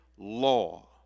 law